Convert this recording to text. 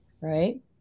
Right